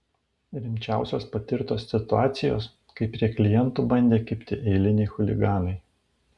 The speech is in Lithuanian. rimčiausios patirtos situacijos kai prie klientų bandė kibti eiliniai chuliganai